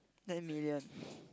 ten million